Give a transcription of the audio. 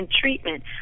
treatment